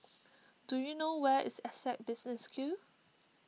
do you know where is Essec Business School